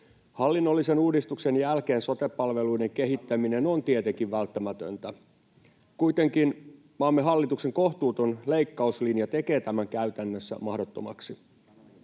Hallinnollisen uudistuksen jälkeen sote-palveluiden kehittäminen on tietenkin välttämätöntä. Kuitenkin maamme hallituksen kohtuuton leikkauslinja tekee tämän käytännössä mahdottomaksi.